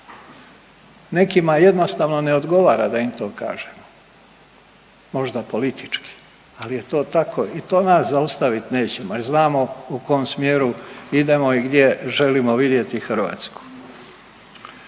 Nekima jednostavno ne odgovara da im to kažem, možda politički, ali je to tako i to nas zaustaviti neće baš znamo u kom smjeru idemo i gdje želimo vidjeti Hrvatsku.